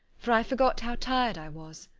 for i forgot how tired i was.